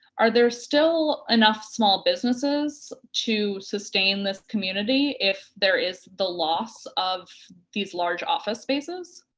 are there still enough small businesses to sustain this community if there is the loss of these large office spaces?